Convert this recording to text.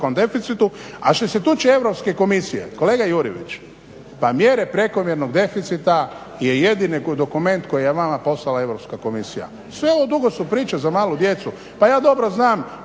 visokom deficitu. A što se tiče Europske komisije, kolega Jurjević pa mjere prekomjernog deficita je jedini dokument koji je vama poslala Europska komisija. Sve ovo drugo su priče za malu djecu. Pa ja dobro znam